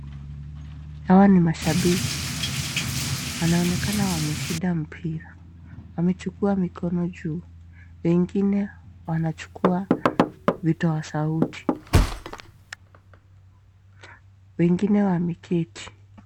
Hawa ni mashabiki. Wanaonekana wameshinda mpira . Wamechukua mikono juu. Wengine wanachukua vitoa sauti. Wengine wameketi.